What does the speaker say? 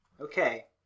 Okay